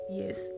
yes